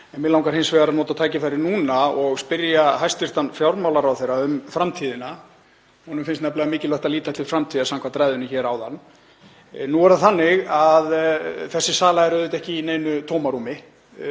En mig langar hins vegar að nota tækifærið núna og spyrja hæstv. fjármálaráðherra um framtíðina. Honum finnst nefnilega mikilvægt að líta til framtíðar samkvæmt ræðunni hér áðan. Nú er þessi sala auðvitað ekki í neinu tómarúmi.